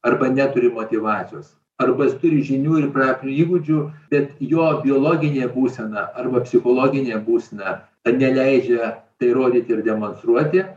arba neturi motyvacijos arba jis turi žinių ir praktinių įgūdžių bet jo biologinė būsena arba psichologinė būsena neleidžia tai rodyti ir demonstruoti